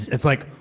it's like,